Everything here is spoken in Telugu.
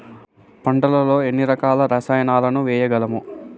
పంటలలో ఎన్ని రకాల రసాయనాలను వేయగలము?